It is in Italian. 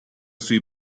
sui